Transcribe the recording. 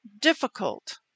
difficult